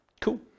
cool